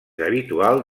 habitual